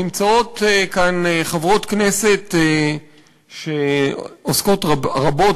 נמצאות כאן חברות כנסת שעוסקות רבות